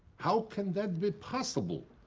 how can that be possible?